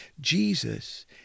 Jesus